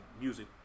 Music